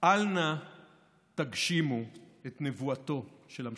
אל נא תגשימו את נבואתו של המשורר.